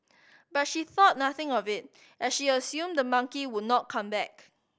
but she thought nothing of it as she assumed the monkey would not come back